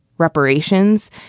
Reparations